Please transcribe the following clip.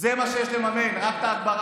זה מה שיש לממן, רק את ההגברה.